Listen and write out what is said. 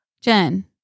Jen